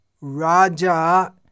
Raja